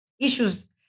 issues